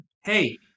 Hey